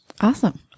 Awesome